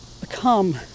Become